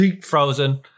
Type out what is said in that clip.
frozen